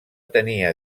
tenia